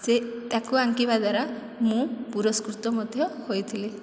ସେ ତାକୁ ଅଙ୍କିବା ଦ୍ୱାରା ମୁଁ ପୁରସ୍କୃତ ମଧ୍ୟ ହୋଇଥିଲି